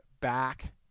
back